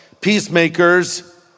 peacemakers